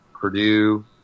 purdue